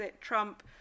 Trump